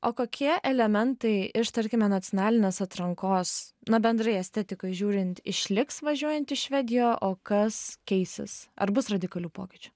o kokie elementai iš tarkime nacionalinės atrankos na bendrai estetikoj žiūrint išliks važiuojant į švediją o kas keisis ar bus radikalių pokyčių